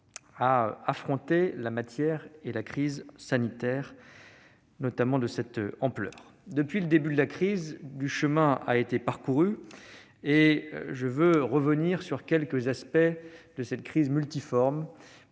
à affronter une crise sanitaire, surtout de cette ampleur. Depuis le début de la crise, du chemin a été parcouru. Je veux revenir sur quelques aspects de cette crise multiforme,